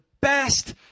best